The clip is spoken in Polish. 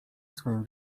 swym